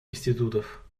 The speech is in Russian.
институтов